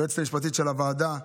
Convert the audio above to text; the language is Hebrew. היועצת המשפטית של הוועדה,